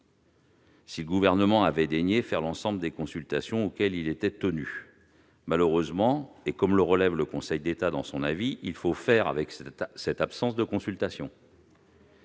que le Gouvernement daigne procéder à l'ensemble des consultations auxquelles il était tenu. Malheureusement, et comme le relève le Conseil d'État dans son avis, il faut faire avec cette absence de consultation.